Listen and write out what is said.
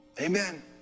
Amen